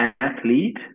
athlete